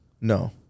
no